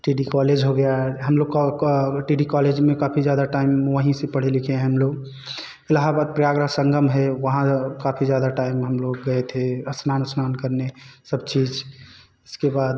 T D college हो गया है हम लोग का वोका टी डी कॉलेज में काफी ज़्यादा टाइम वहीं से पढ़े लिखे हैं हम लोग इलाहाबाद प्रयागराज संगम है वहाँ काफी ज़्यादा टाइम हम लोग गए थे अस्नान उस्नान करने सब चीज़ उसके बाद